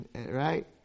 right